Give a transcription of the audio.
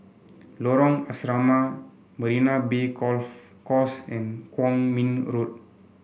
Lorong Asrama Marina Bay Golf Course and Kuang Min Road